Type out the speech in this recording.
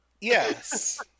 Yes